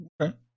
Okay